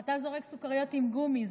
אתה זורק סוכריות עם גומי,